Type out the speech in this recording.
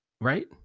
right